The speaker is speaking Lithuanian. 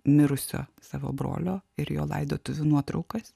mirusio savo brolio ir jo laidotuvių nuotraukas